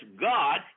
God